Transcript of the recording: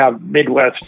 Midwest